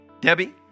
Debbie